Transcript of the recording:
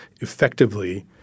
effectively